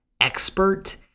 expert